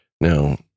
Now